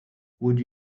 would